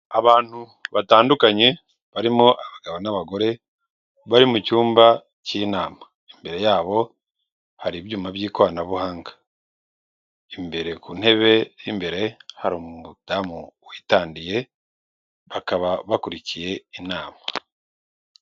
Abantu batandukanye barimo abagabo n'abagore bari mu cyumba cy'inama, imbere yabo hari ibyuma by'ikoranabuhanga, imbere ku ntebe y'imbere hari umudamu witandiye, bakaba bakurikiye inama.